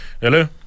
hello